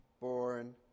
born